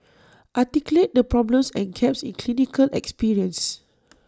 articulate the problems and gaps in clinical experience